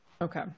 Okay